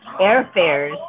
airfares